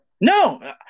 No